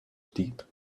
deep